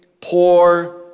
poor